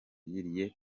yagiriye